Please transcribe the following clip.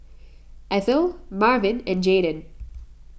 Ethyle Marvin and Jaydon